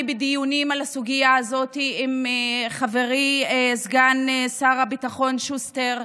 אני בדיונים על הסוגיה הזאת עם חברי סגן שר הביטחון שוסטר.